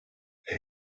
elle